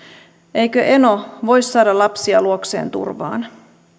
eikö eno voi saada lapsia luokseen turvaan